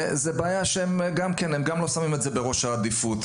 הם גם לא שמים את זה בראש סדר העדיפויות,